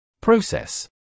Process